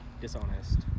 dishonest